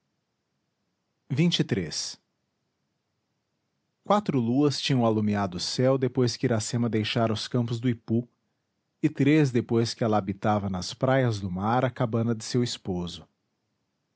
do mar quatro luas tinham alumiado o céu depois que iracema deixara os campos do ipu e três depois que ela habitava nas praias do mar a cabana de seu esposo